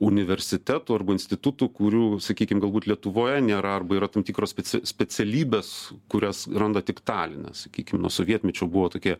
universitetų arba institutų kurių sakykim galbūt lietuvoje nėra arba yra tam tikros spe specialybės kurias randa tik taline sakykim nuo sovietmečio buvo tokia